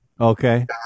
okay